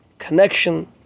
connection